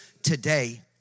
Today